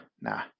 nah